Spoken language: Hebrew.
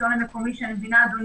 מהשלטון המקומי, שאני מבינה, אדוני,